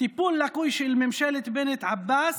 טיפול לקוי של ממשלת בנט-עבאס